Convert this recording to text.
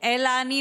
אלא אני